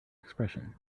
expression